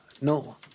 No